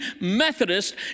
Methodist